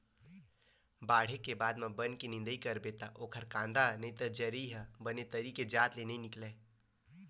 बाड़हे के बाद म बन के निंदई करबे त ओखर कांदा नइ ते जरई ह बने तरी के जात ले नइ निकलय